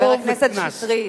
חבר הכנסת שטרית,